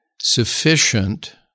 sufficient